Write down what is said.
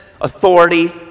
authority